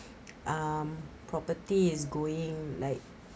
um property is going like